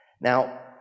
Now